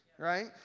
right